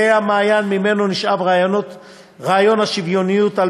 זה המעיין אשר ממנו נשאב רעיון השוויוניות,